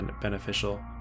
beneficial